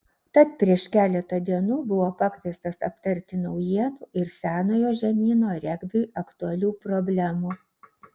tad prieš keletą dienų buvo pakviestas aptarti naujienų ir senojo žemyno regbiui aktualių problemų